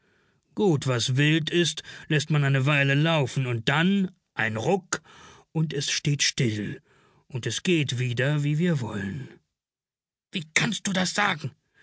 gut was wild ist läßt man eine weile laufen und dann ein ruck und es steht still und es geht wieder wie wir wollen wie kannst du das sagen